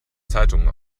zeitung